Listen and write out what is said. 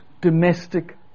domestic